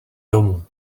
domů